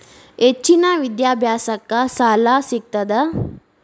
ಹೆಚ್ಚಿನ ವಿದ್ಯಾಭ್ಯಾಸಕ್ಕ ಸಾಲಾ ಸಿಗ್ತದಾ?